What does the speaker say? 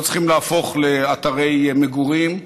ולא צריכים להפוך לאתרי מגורים,